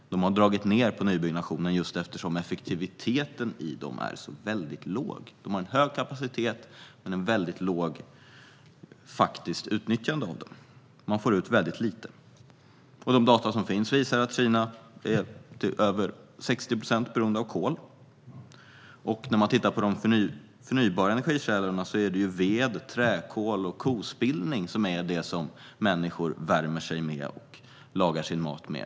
De har dragit ned på nybyggnationen, eftersom effektiviteten i vindkraftverken är så väldigt låg. Verken har en hög kapacitet, men det faktiska nyttjandet är mycket lågt. Man får ut väldigt lite. De data som finns visar att Kina till över 60 procent är beroende av kol. Vad gäller de förnybara energikällorna är det ved, träkol och kospillning som människor värmer sig med och lagar sin mat med.